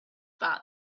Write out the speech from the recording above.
about